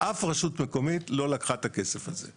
אף רשות לא לקחה את הכסף הזה.